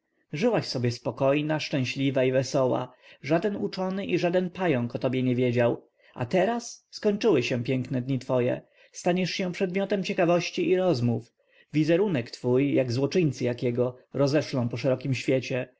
żyłaś sobie spokojna szczęśliwa i wesoła żaden uczony i żaden pająk o tobie nie wiedział a teraz skończyły się piękne dni twoje staniesz się przedmiotem ciekawości i rozmów wizerunek twój jak złoczyńcy jakiego rozeszlą po szerokim świecie